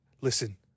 listen